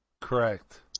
Correct